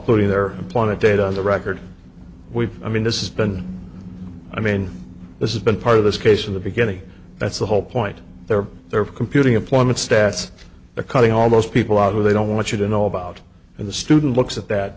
putting their point to date on the record we've i mean this is been i mean this is been part of this case from the beginning that's the whole point they're there for computing employment stats they're cutting all those people out who they don't want you to know about and the student looks at that